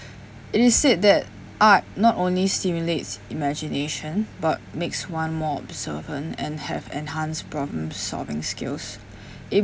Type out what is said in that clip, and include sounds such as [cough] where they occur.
it is said that art not only simulates imagination but makes one more observant and have enhanced problem-solving skills [breath] it